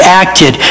acted